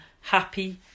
happy